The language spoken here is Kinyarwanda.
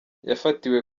yafatiwe